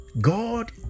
God